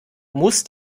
musst